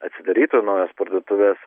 atsidarytų naujos parduotuvės